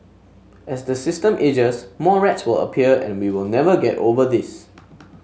as the system ages more rats will appear and we will never get over this